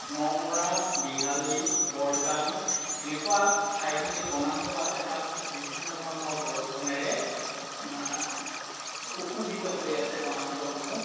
ন মৰা বিহালী বৰগাং এনেকুৱা ঠাইখিনিত বনাঞ্চল আছে তাত বিভিন্ন ধৰণৰ গছ বনেৰে সুশোভিত হৈ আছে বনাঞ্চলসমূহ